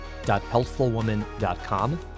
Healthfulwoman.com